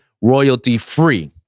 royalty-free